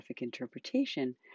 interpretation